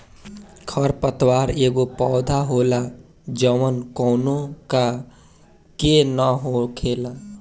खर पतवार एगो पौधा होला जवन कौनो का के न हो खेला